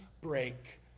break